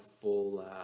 full